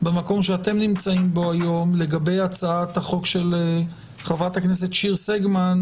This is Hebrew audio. במקום שאתם נמצאים בו היום לגבי הצעת החוק של חברת הכנסת שיר סגמן,